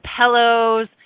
pillows